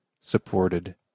supported